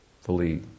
fully